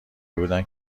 بودند